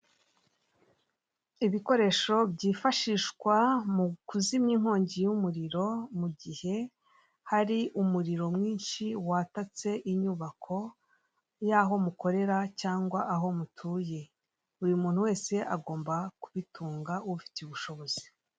Ibikoresho byifashishwa mu kuzimya inkongi y'umuriro, mugihe hari umuriro mwinshi watatse inyubako y'aho mukorera cyangwa aho mutuye. Buri muntu wese agomba kubitunga, ubifitiye ubushobozi.